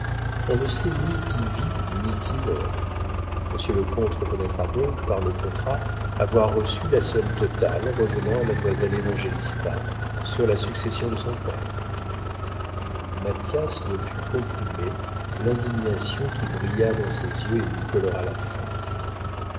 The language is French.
on ne sait ni qui vit ni qui meurt monsieur le comte reconnaîtra donc par le contrat avoir reçu la somme totale revenant à mademoiselle évangélista sur la succession de son père mathias ne put comprimer l'indignation qui brilla dans ses yeux et lui colora la face